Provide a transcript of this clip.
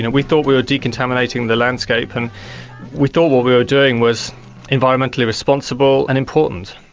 and we thought we were decontaminating the landscape, and we thought what we were doing was environmentally responsible and important.